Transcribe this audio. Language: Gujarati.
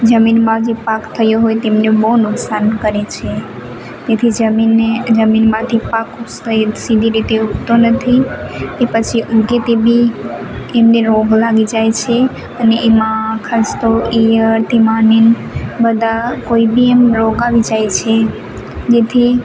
જમીનમાં જે પાક થયો હોય તેમને બહુ નુકસાન કરે છે તેથી જમીનને જમીનમાંથી પાક ઉકસેલ થયેલ સીધી રીતે તે ઉગતો નથી કે પછી ઊગે તે બી એમને રોગ લાગી જાય છે અને એમાં ખાસ તો ઈયળ ધીમાનીન બધા કોઈ બી એમ રોગ આવી જાય છે જેથી